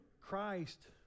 Christ